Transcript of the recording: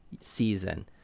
season